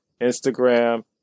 Instagram